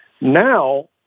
now